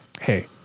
Hey